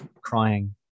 crying